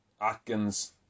Atkins